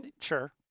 Sure